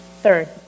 Third